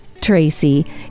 Tracy